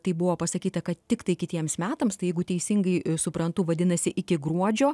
tai buvo pasakyta kad tiktai kitiems metams tai jeigu teisingai suprantu vadinasi iki gruodžio